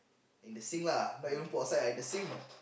in the sink lah not even put outside ah in the sink